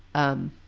um,